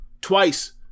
twice